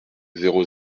zéro